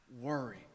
worry